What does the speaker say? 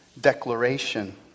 declaration